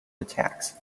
attacks